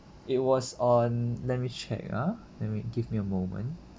it was on let me check ah let me give me a moment